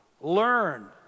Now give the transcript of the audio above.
learn